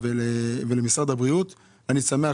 אני שמח